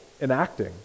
enacting